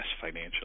financially